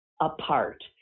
apart